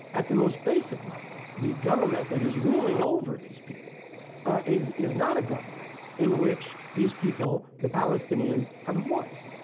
at the most basic level, the government that is ruling over these people is is not a government in which these people, the palestinians, have a voice.